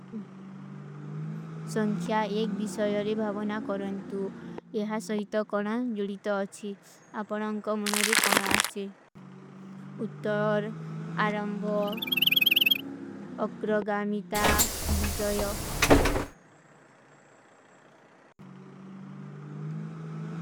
ସଂଖ୍ଯା ଏକ ଵିଶଯରେ ଭାଵନା କରନ୍ତୁ, ଏହା ସହୀତ କରାନ ଜୁଲୀତ ଅଚ୍ଛୀ, ଆପରଂକା ମନରେ କନା ଆଶେ। ଉତ୍ତର, ଆରଂଭଵ, ଅକ୍ରଗାମିତା, ଵିଜଯୋ।